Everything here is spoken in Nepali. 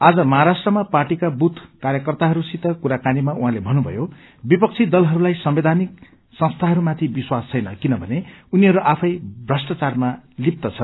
आज महाराष्ट्रमा पार्टीका बुध कार्यकर्ताहरूसित कुराकानीमा उहाँले भन्नभयो कि विपक्षी दलहरूलाई संवैधानिक संस्थाहरूमाथि विश्वास छैन किनभने उनीहरू आफै भ्रष्टाचारमा लिप्त छन्